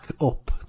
up